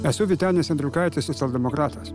esu vytenis andriukaitis socialdemokratas